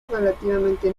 relativamente